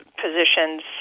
positions